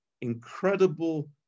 incredible